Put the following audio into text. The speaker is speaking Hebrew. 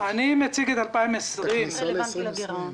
אני מציג את 2020. זה לא רלוונטי לגירעון.